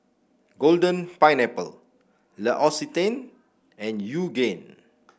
Golden Pineapple L'Occitane and Yoogane